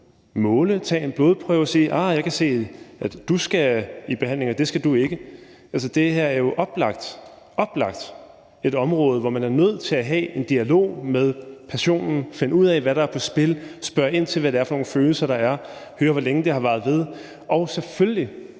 måle, tage en blodprøve og sige: Ahr, jeg kan se, at du skal i behandling, og det skal du ikke. Det her er jo oplagt et område, hvor man er nødt til at have en dialog med personen, finde ud af, hvad der er på spil, spørge ind til, hvad det er for nogle følelser, der er, høre, hvor længe det har varet, og selvfølgelig